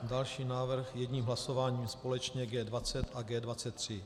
Další návrh jedním hlasováním společně G20 a G23.